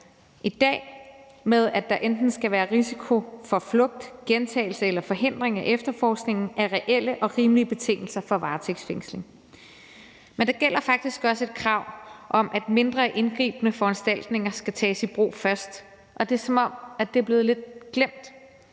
i dag, med, at der enten skal være en risiko for flugt, gentagelse eller forhindring af efterforskningen, er reelle og rimelige betingelser for en varetægtsfængsling. Men der gælder faktisk også et krav om, at mindre indgribende foranstaltninger først skal tages i brug, og det er, som om det lidt er blevet glemt.